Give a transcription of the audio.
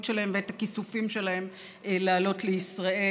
שלהם ואת הכיסופים שלהם לעלות לישראל,